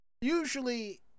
Usually